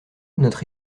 notre